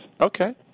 Okay